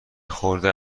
خورده